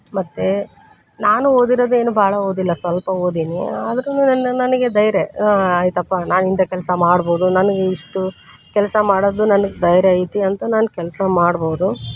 ಮತ್ತು ನಾನು ಓದಿರೋದು ಏನು ಭಾಳ ಓದಿಲ್ಲ ಸ್ವಲ್ಪ ಓದೀನಿ ಆದರೂನೂ ನನ್ನ ನನಗೆ ಧೈರ್ಯ ಆಯಿತಪ್ಪ ನಾನಿಂಥ ಕೆಲಸ ಮಾಡ್ಬೌದು ನನಗೆ ಇಷ್ಟು ಕೆಲಸ ಮಾಡೋದು ನನ್ಗೆ ಧೈರ್ಯ ಐತಿ ಅಂತ ನಾನು ಕೆಲಸ ಮಾಡ್ಬೌದು